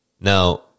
Now